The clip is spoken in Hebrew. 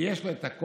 שיש הכוח